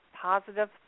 Positive